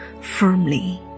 firmly